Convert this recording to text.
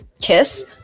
KISS